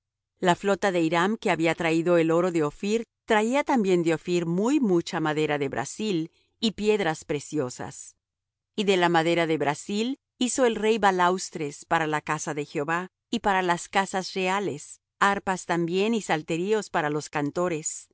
la flota de hiram que había traído el oro de ophir traía también de ophir muy mucha madera de brasil y piedras preciosas y de la madera de brasil hizo el rey balaustres para la casa de jehová y para las casas reales arpas también y salterios para los cantores